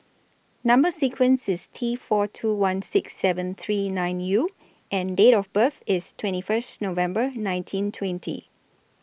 Number sequence IS T four two one six seven three nine U and Date of birth IS twenty First November nineteen twenty